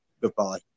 goodbye